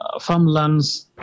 farmlands